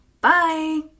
Bye